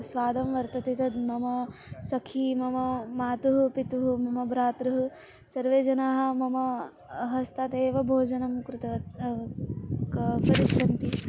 स्वादं वर्तते तद् मम सखी मम मातुः पितुः मम भ्रातुः सर्वे जनाः मम हस्तात् एव भोजनं कृतवत् क करिष्यन्ति